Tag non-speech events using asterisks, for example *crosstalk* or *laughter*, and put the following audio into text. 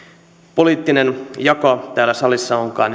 poliittinen jako täällä salissa onkaan *unintelligible*